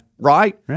Right